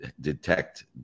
detect